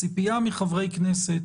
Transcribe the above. הציפייה מחברי כנסת